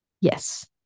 yes